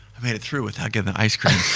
i made it through without getting an ice cream.